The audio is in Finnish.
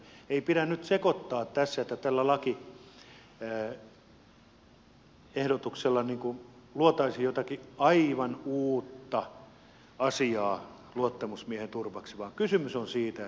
ei pidä nyt sekoittaa tässä että tällä lakiehdotuksella luotaisiin jotakin aivan uutta asiaa luottamusmiehen turvaksi vaan kysymys on siitä että neuvotteluasema oikeudenmukaisuus toteutuisi